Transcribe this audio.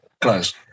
Close